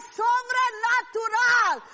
sobrenatural